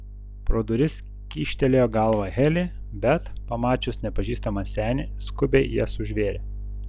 pro duris kyštelėjo galvą heli bet pamačius nepažįstamą senį skubiai jas užvėrė